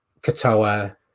Katoa